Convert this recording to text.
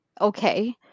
okay